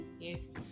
yes